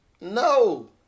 No